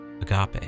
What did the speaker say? agape